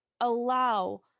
allow